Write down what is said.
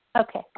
Okay